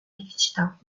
felicità